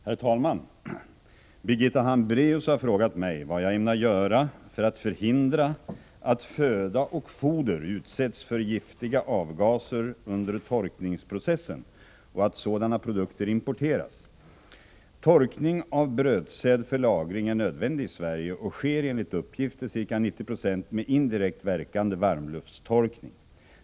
Herr talman! Bigitta Hambraeus har frågat mig vad jag ämnar göra för att förhindra att föda och foder utsätts för giftiga avgaser under torkningsprocessen och att sådana produktd för lagring är nödvändig i Sverige och sker enligt uppgift till ca 90 26 med indirekt verkande varmluftstorkning.